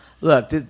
look